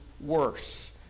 worse